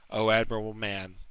o admirable man!